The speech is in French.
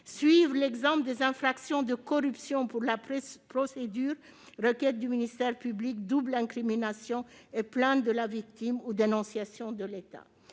suivre l'exemple des infractions de corruption pour la procédure- requête du ministère public, double incrimination, plainte de la victime ou dénonciation de l'État